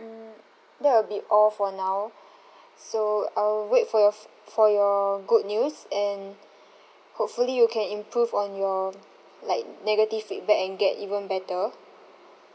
mm that will be all for now so I will wait for your f~ for your good news and hopefully you can improve on your like negative feedback and get even better